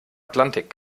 atlantik